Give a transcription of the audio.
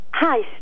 Hi